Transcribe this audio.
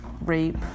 rape